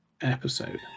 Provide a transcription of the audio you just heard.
episode